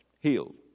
healed